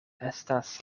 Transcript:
estas